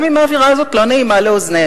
גם אם האווירה הזאת לא נעימה לאוזנינו,